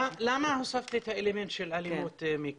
למה הוספתי את האלמנט של אלימות, מיקי?